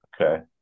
Okay